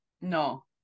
No